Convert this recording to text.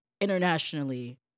internationally